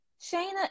Shayna